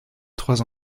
trois